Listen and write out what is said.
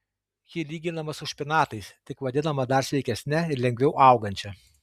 ji lyginama su špinatais tik vadinama dar sveikesne ir lengviau augančia